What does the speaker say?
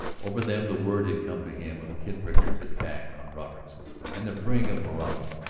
over them the word had come to him of kid rickard's attack on roberts and the freeing of moraga.